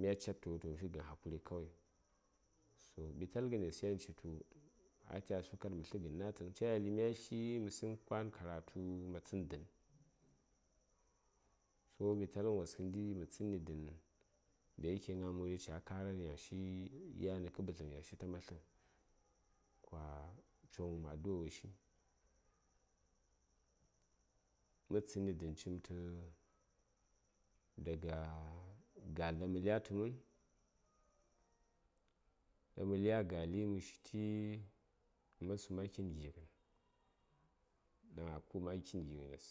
mya cettə wutu mə figən hakuri kawai toh ɓitalghənes yan citu ataya su kar mə tlə ghən natəŋ ca yeli mya tli məsəŋ kwan karatu ma tsən dənəŋ so ɓitalghan wos kəndi mə tsənni dən dayake gna məri ca a karan yanshi yan nə kə ɓədləŋ yanshi taman tlə kwa coŋ wum adua woshi mə tsənni dən citə dag gal ɗan mə lyatə mən ɗaŋ ə lya gali mə shiti mə ma sum a kitn gighənikuma a ku:b a kitn gighənes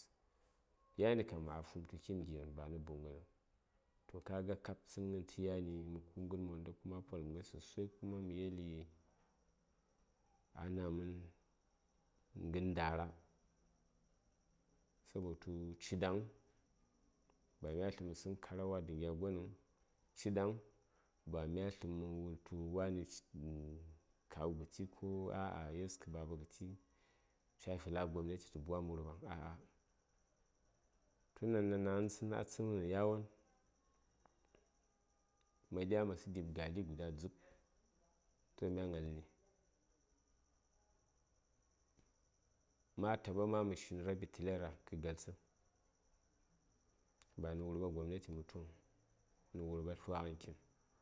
yani kam a fum tu kitn gighən banə buŋnəŋ toh kaga tsən ghən tə yani mə ku:b ghən monda kuma a poləm ghai sosai kuma mə yeli a nam mən nə ghən ndara sabotu ciɗaŋ ba mya tlə məsəŋ kara wa dən gya gonəŋ ci ɗaŋ ba ma tlə wutu wani ci kawu ghəti ko kuma yeskə baban ca fi la gobnati tə bwam wurɓaŋ ah ah tun ɗaŋ ɗaŋ ɗaŋni tsən tsənghənen yawon ma dya ma səŋ di:b gali guda dzub toh mya gnal nə ni ma taɓa ma mə shin raɓi trailer kə galtsə ba nə wurɓa gobnati mə tuŋ nə wurɓa tlwaghən kitn